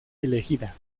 elegida